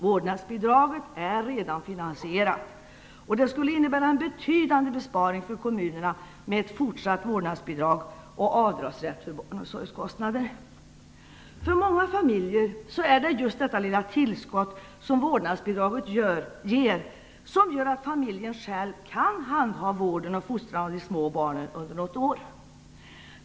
Vårdnadsbidraget är redan finansierat, och det skulle innebära en betydande besparing för kommunerna med ett fortsatt vårdnadsbidrag och avdragsrätt för barnomsorgskostnader. För många familjer är det just detta lilla tillskott som vårdnadsbidraget ger som gör att familjen själv kan handha vården och fostran av de små barnen under något år.